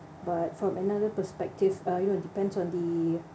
but from another perspective uh you want to depends on the